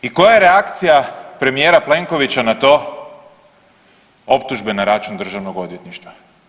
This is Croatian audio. I koja je reakcija premijera Plenkovića na to optužbe na račun Državnog odvjetništva.